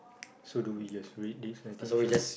so do we just read this I think sure